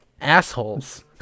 assholes